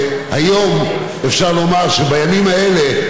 היום אפשר לומר שבימים האלה,